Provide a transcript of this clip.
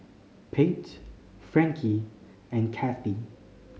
Pate Frankie and Kathy